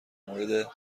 مورد